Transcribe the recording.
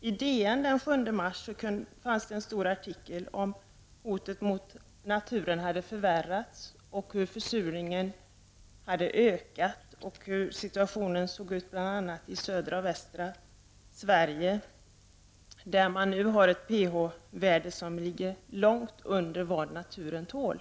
I DN den 7 mars fanns en stor artikel om hur hotet mot naturen hade förvärrats, hur försurningen hade ökat och hur situationen såg ut bl.a. i södra och västra Sverige. Där ligger pH värdet långt under vad naturen tål.